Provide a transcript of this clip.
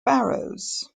barrows